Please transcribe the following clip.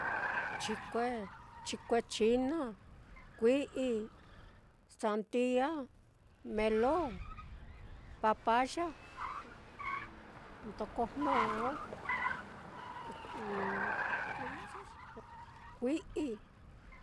Chikue, chikue china, kui'i, sandia, melon, papaya, ndoko jnoo, nomas ese, kui'i.